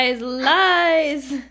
lies